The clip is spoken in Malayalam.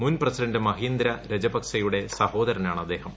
മുൻ പ്രസിഡന്റ് മഹീന്ദ്ര രജപക്സെയുടെ സഹോദരനാണ് അദ്ദേഹം